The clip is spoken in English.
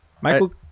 michael